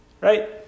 Right